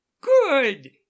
good